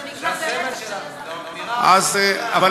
זה מתחיל בדגל וזה נגמר ברצח של אזרחים,